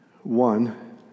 One